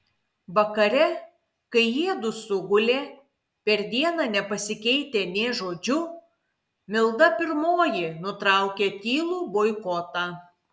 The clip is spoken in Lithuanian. vakare kai jiedu sugulė per dieną nepasikeitę nė žodžiu milda pirmoji nutraukė tylų boikotą